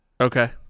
Okay